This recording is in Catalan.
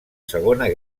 segona